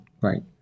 Right